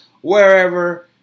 wherever